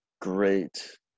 great